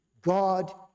God